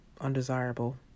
undesirable